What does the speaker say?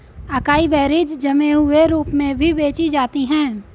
acai berries जमे हुए रूप में भी बेची जाती हैं